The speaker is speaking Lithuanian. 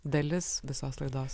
dalis visos laidos